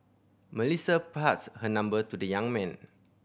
Melissa passed her number to the young man